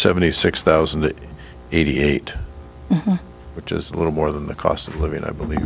seventy six thousand eighty eight which is little more than the cost of living i believe